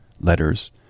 letters